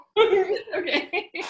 Okay